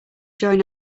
join